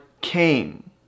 came